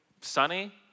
sunny